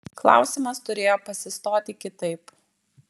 klausimas turėjo pasistoti kitaip